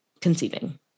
conceiving